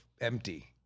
empty